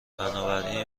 بنابراین